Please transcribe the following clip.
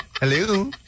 Hello